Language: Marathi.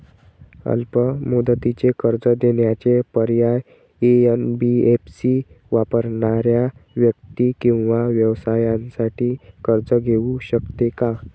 अल्प मुदतीचे कर्ज देण्याचे पर्याय, एन.बी.एफ.सी वापरणाऱ्या व्यक्ती किंवा व्यवसायांसाठी कर्ज घेऊ शकते का?